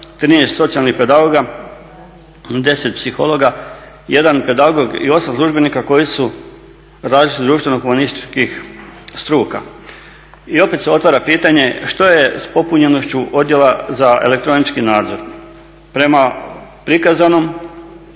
13 socijalnih pedagoga, 10 psihologa, 1 pedagog i 8 službenika koji su različitih društvo humanističkih struka. I opet se otvara pitanje što je sa popunjenošću odjela za elektronički nadzor. Prema prikazanom